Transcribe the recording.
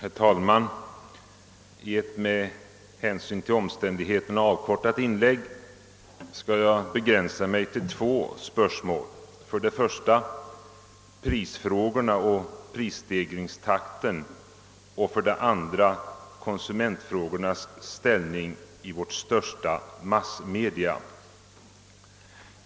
Herr talman! I ett med hänsyn till omständigheterna avkortat inlägg skall jag begränsa mig till två spörsmål — för det första prisfrågorna och prisstegringstakten, för det andra konsu mentfrågornas ställning i vårt största massmedium.